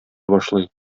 башлый